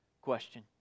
question